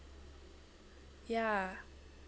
ya